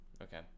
Okay